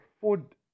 food